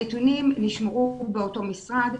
הנתונים נשמרו באותו משרד.